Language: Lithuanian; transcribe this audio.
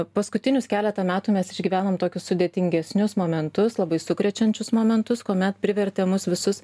paskutinius keletą metų mes išgyvenom tokius sudėtingesnius momentus labai sukrečiančius momentus kuomet privertė mus visus